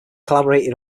collaborated